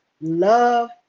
love